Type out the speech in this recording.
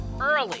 early